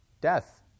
Death